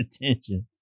intentions